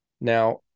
Now